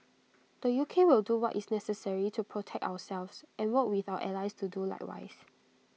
the U K will do what is necessary to protect ourselves and work with our allies to do likewise